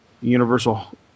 Universal